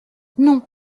non